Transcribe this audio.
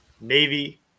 Navy